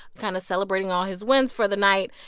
kind of celebrating all his wins for the night.